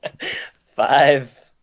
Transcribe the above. five